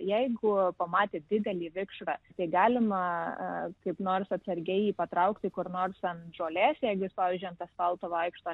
jeigu pamatėt didelį vikšrą tai galima kaip nors atsargiai jį patraukti kur nors ant žolės jeigu jis pavyzdžiui ant asfalto vaikšto